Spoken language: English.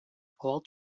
all